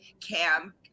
Cam